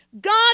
God